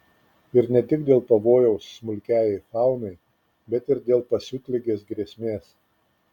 ir ne tik dėl pavojaus smulkiajai faunai bet ir dėl pasiutligės grėsmės